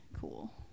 cool